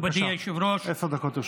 בבקשה, עשר דקות לרשותך.